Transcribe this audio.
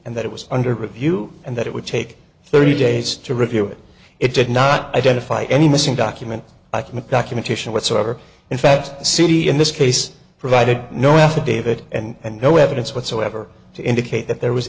and that it was under review and that it would take thirty days to review it it did not identify any missing documents i commit documentation whatsoever in fact the city in this case provided no affidavit and no evidence whatsoever to indicate that there was